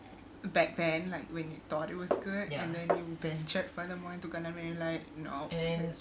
back then like when you thought it was good and then you check further more into gundam and you're like no